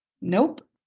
nope